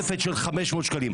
אתה מקבל תוספת של 500 שקלים.